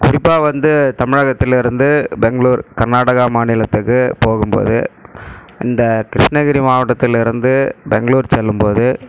குறிப்பாக வந்து தமிழகத்திலிருந்து பெங்களூர் கர்நாடகா மாநிலத்துக்கு போகும் போது இந்த கிருஷ்ணகிரி மாவட்டத்திலிருந்து பெங்களூர் செல்லும் போது